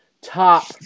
top